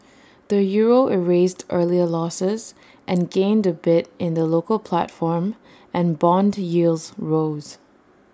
the euro erased earlier losses and gained A bit in the local platform and Bond yields rose